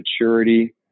maturity